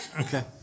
Okay